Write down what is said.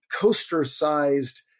coaster-sized